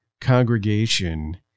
congregation